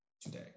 today